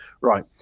right